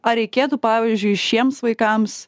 ar reikėtų pavyzdžiui šiems vaikams